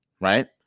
right